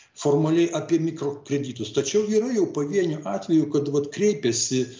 formaliai apie mikro kreditus tačiau yra jau pavienių atvejų kad vat kreipiasi